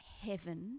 heaven